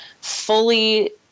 fully